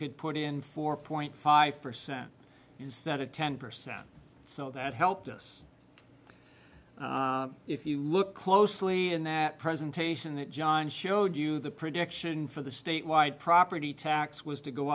could put in four point five percent instead of ten percent so that helped us if you look closely in that presentation that john showed you the prediction for the statewide property tax was to go